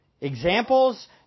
examples